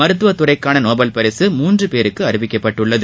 மருத்துவத்துறைக்கான Nobel பரிசு மூன்று பேருக்கு அறிவிக்கப்பட்டுள்ளது